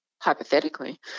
hypothetically